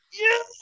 yes